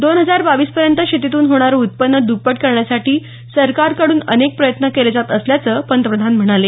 दोन हजार बावीसपर्यंत शेतीतून होणारं उत्पन्न दप्पट करण्यासाठी सरकारकड्रन अनेक प्रयत्न केले जात असल्याचं पंतप्रधान म्हणाले